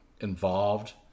involved